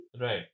Right